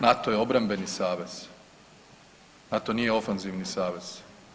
NATO je obrambeni savez, NATO nije ofenzivni savez.